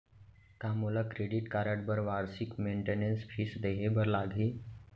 का मोला credit card बर वार्षिक मेंटेनेंस फीस देहे बर लागही?